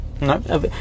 No